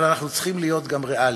אבל אנחנו צריכים להיות גם ריאליים.